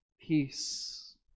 peace